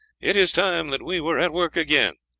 it is time that we were at work again.